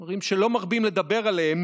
דברים שלא מרבים לדבר עליהם,